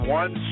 one